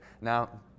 Now